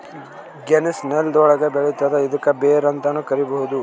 ಗೆಣಸ್ ನೆಲ್ದ ಒಳ್ಗ್ ಬೆಳಿತದ್ ಇದ್ಕ ಬೇರ್ ಅಂತಾನೂ ಕರಿಬಹುದ್